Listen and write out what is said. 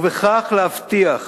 ובכך להבטיח